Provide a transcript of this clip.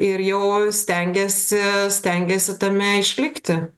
ir jau stengiesi stengiesi tame išlikti